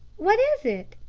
what is it?